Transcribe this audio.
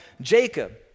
Jacob